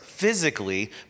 physically